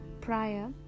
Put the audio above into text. prior